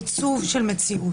בעיצוב של מציאות.